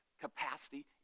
capacity